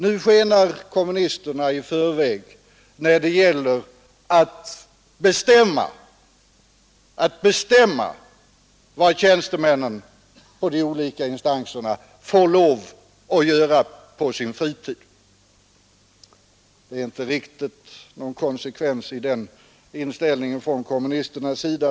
Nu skenar kommunisterna i förväg när det gäller att bestämma vad tjänstemän får lov att göra på sin fritid. Det är ingen riktig konsekvens i inställningen till arbetstagarna från kommunisternas sida.